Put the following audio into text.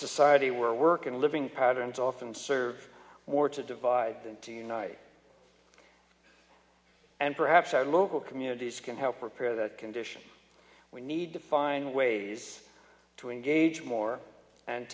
society where work and living patterns often serve more to divide than to unite and perhaps our local communities can help repair the condition we need to find ways to engage more and